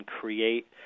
create